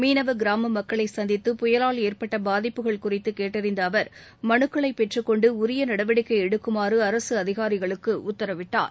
மீனவ கிராம மக்களை சந்தித்து புயலால் ஏற்பட்ட பாதிப்புகள் குறித்து கேட்டறிந்த அவர் மலுக்களை பெற்றுக்கொண்டு உரிய நடவடிக்கை எடுக்குமாறு அரசு அதிகாரிகளுக்கு உத்தரவிட்டார்